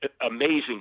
amazing